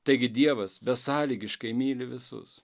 taigi dievas besąlygiškai myli visus